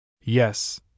Yes